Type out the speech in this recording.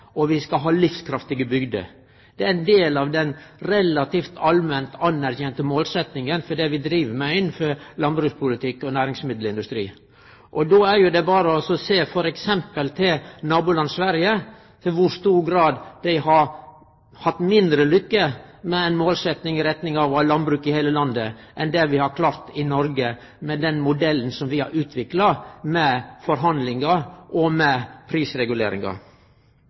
og at vi skal ha livskraftige bygder. Det er ein del av den relativt allment anerkjente målsetjinga for det som vi driv med innanfor landbrukspolitikk og næringsmiddelindustri. Det er f.eks. berre å sjå til vårt naboland Sverige i kor stor grad dei har hatt mindre lykke med ei målsetjing i retning av å ha landbruk i heile landet enn det vi har klart i Noreg med den modellen som vi har utvikla, med forhandlingar og med